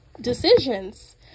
decisions